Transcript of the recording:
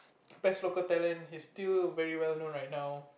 best local talent he's still very well known right now